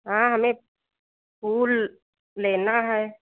हाँ हमें फूल लेना है